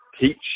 teach